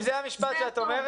אם זה מה שאת אומרת,